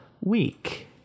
week